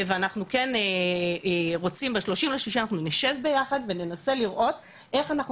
ואנחנו כן רוצים לשבת ביחד ב-30.03 ואנחנו ננסה לראות איך אנחנו